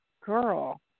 girl